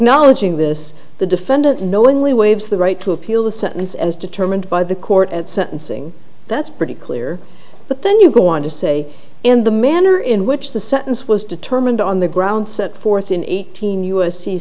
acknowledging this the defendant knowingly waives the right to appeal the sentence as determined by the court at sentencing that's pretty clear but then you go on to say and the manner in which the sentence was determined on the ground set forth in eighteen u